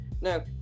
No